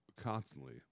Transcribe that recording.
Constantly